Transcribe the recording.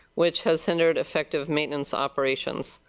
which has centered effective maintenance operations.